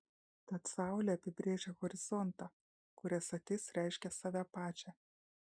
tad saulė apibrėžia horizontą kur esatis reiškia save pačią